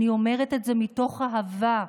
אני אומרת את זה מתוך אהבה,